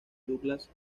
douglas